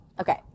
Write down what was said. Okay